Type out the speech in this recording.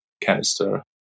Canister